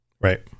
right